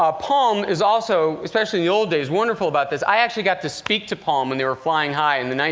ah palm is also, especially in the old days, wonderful about this. i actually got to speak to palm when they were flying high in the ninety